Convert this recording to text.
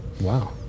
Wow